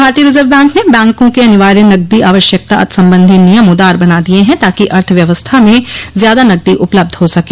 भारतीय reserve bank ने बैंकों के अनिवार्य नकदी आवश्यकता संबंधी नियम उदार बना दिए हैं ताकि अर्थ व्यवस्था में ज्यादा नकदी उपलब्ध हो सके